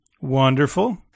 Wonderful